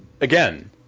again